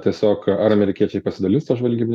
tiesiog ar amerikiečiai pasidalins ta žvalgybine